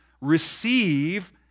receive